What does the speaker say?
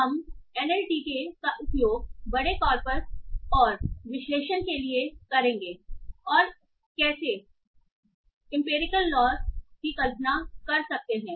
हम एनएलटीके का उपयोग बड़े कॉर्पस और विश्लेषण के लिए करेंगे और कैसे अनुभवजन्य नुकसान की कल्पना कर सकते हैं